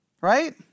right